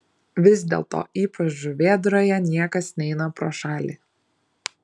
vis dėlto ypač žuvėdroje niekas neina pro šalį